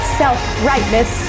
self-rightness